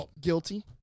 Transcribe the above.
Guilty